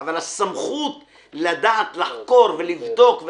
אבל הסמכות לדעת לחקור ולבדוק,